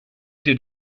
did